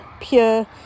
pure